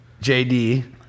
JD